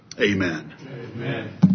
amen